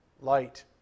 light